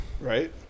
right